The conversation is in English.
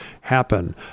happen